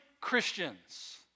Christians